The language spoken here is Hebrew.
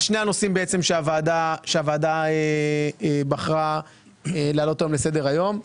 בעצם על שני הנושאים שהוועדה בחרה להעלות אותם היום לסדר היום.